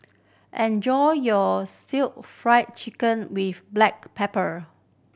enjoy your Stir Fried Chicken with black pepper